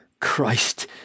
Christ